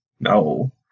No